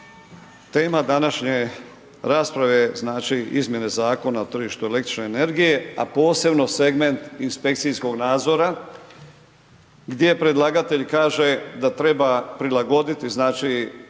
Tema današnje rasprave je znači Izmjene zakona o tržištu električne energije a posebno segment inspekcijskog nadzora gdje predlagatelj kaže da treba prilagoditi znači